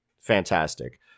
Fantastic